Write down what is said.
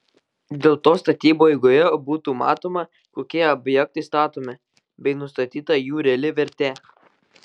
dėl to statybų eigoje būtų matoma kokie objektai statomi bei nustatyta jų reali vertė